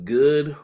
good